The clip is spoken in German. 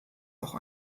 auch